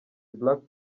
black